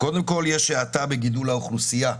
קודם כל, יש האטה בגידול האוכלוסייה,